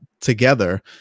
together